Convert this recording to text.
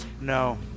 No